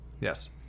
Yes